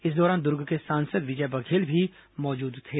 इस दौरान दुर्ग सांसद विजय बघेल भी मौजूद थे